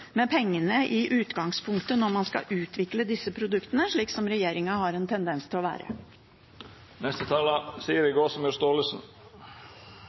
med pengene i utgangspunktet når man skal utvikle disse produktene, slik som regjeringen har en tendens til å